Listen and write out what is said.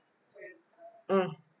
mm